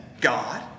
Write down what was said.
God